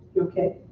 okay,